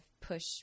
push